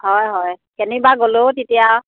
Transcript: হয় হয় কেনিবা গ'লেও তেতিয়া